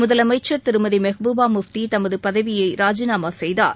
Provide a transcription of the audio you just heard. முதலமைச்சர் திருமதி மெஹ்பூபா முஃப்தி தமது பதவியை ராஜினாமா செய்கார்